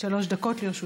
בבקשה, שלוש דקות לרשותך.